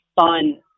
fun